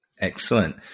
Excellent